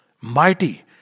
mighty